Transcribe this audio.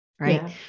Right